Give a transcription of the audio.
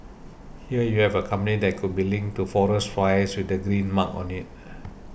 here you have a company that could be linked to forest fires with the green mark on it